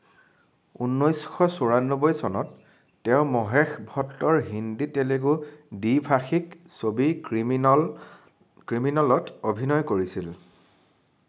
ঊনৈছশ চৌৰান্নব্বৈ চনত তেওঁ মহেশ ভট্টৰ হিন্দী তেলেগু দ্বি ভাষিক ছবি ক্ৰিমিনল ক্ৰিমিনলত অভিনয় কৰিছিল